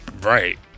Right